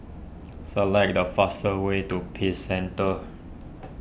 select the faster way to Peace Centre